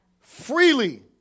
Freely